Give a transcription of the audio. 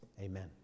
Amen